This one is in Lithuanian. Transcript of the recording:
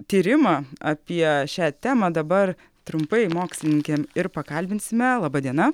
tyrimą apie šią temą dabar trumpai mokslininkę ir pakalbinsime laba diena